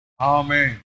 Amen